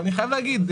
אני חייב להגיד,